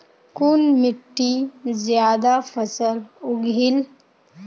कुन मिट्टी ज्यादा फसल उगहिल?